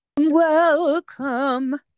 welcome